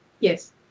Yes